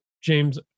James